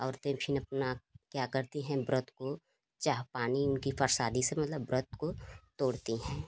औरतें फिर अपना क्या करती हैं व्रत को जो हाि पानी इनके प्रसाद से मतलब व्रत को तोड़ती हैं